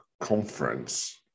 conference